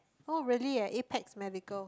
oh really leh Apex medical